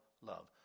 love